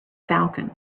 falcon